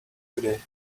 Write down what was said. today